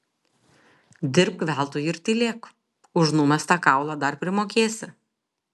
dirbk veltui ir tylėk už numestą kaulą dar primokėsi